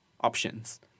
options